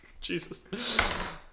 Jesus